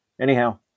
Anyhow